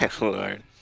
lord